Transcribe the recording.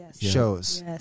shows